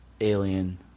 alien